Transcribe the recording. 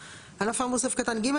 אף האמור בסעיף קטן (ג),